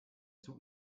zug